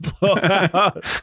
blowout